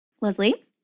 Leslie